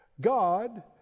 God